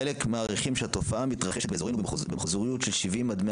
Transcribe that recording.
חלק מהם מעריכים שהתופעה מתרחשת באזורנו במחזוריות של 70 עד 100